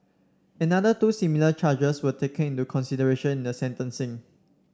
another two similar charges were taken into consideration in the sentencing